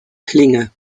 klinge